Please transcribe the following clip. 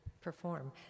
perform